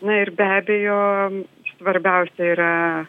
na ir be abejo svarbiausia yra